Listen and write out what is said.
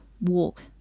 walk